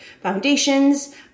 foundations